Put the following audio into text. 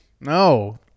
No